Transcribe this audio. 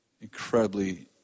incredibly